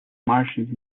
martians